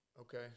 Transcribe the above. Okay